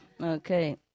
Okay